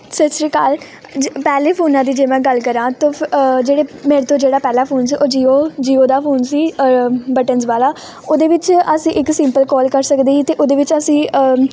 ਸਤਿ ਸ਼੍ਰੀ ਅਕਾਲ ਜ ਪਹਿਲੇ ਫੋਨਾਂ ਦੀ ਜੇ ਮੈਂ ਗੱਲ ਕਰਾਂ ਤੋ ਫ ਜਿਹੜੇ ਮੇਰੇ ਕੋਲ ਜਿਹੜਾ ਪਹਿਲਾ ਫੋਨ ਸੀ ਉਹ ਜੀਓ ਜੀਓ ਦਾ ਫੋਨ ਸੀ ਬਟਨਜ਼ ਵਾਲਾ ਉਹਦੇ ਵਿੱਚ ਅਸੀਂ ਇੱਕ ਸਿੰਪਲ ਕਾਲ ਕਰ ਸਕਦੇ ਸੀ ਅਤੇ ਉਹਦੇ ਵਿੱਚ ਅਸੀਂ